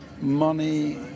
money